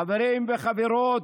חברים וחברות,